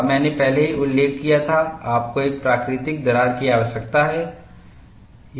और मैंने पहले ही उल्लेख किया था आपको एक प्राकृतिक दरार की आवश्यकता है